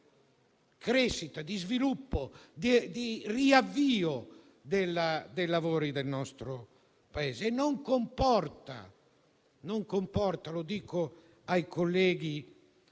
di crescita, sviluppo e riavvio dei lavori nel nostro Paese. Esso non comporta - lo dico ai colleghi